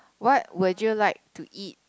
what would you like to eat